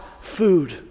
food